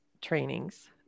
trainings